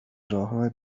راهرو